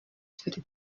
byari